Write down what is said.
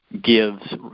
gives